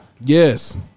Yes